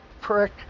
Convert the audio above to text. prick